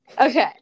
okay